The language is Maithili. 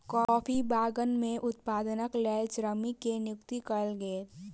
कॉफ़ी बगान में उत्पादनक लेल श्रमिक के नियुक्ति कयल गेल